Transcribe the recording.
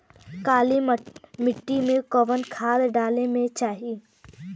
काली मिट्टी में कवन खाद डाले के चाही?